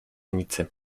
nicy